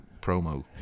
promo